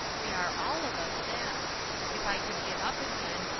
we are all of us that if i could get up again,